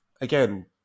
again